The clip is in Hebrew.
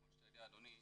כמו שאתה יודע אדוני,